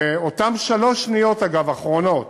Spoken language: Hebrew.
אותן שלוש שניות, אגב, אחרונות,